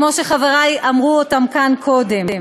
כמו שחברי אמרו כאן קודם,